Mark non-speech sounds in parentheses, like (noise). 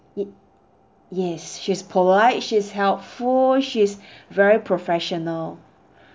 it yes she's polite she's helpful she's (breath) very professional